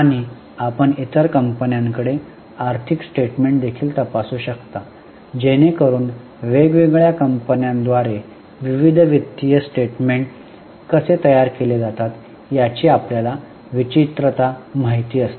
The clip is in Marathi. आणि आपण इतर कंपन्यांकडे आर्थिक स्टेटमेन्ट देखील तपासू शकता जेणेकरुन वेगवेगळ्या कंपन्यांद्वारे विविध वित्तीय स्टेटमेन्ट कसे तयार केले जातात याची आपल्याला विचित्रता माहित असते